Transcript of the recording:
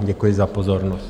Děkuji za pozornost.